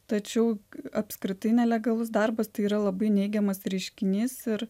tačiau apskritai nelegalus darbas tai yra labai neigiamas reiškinys ir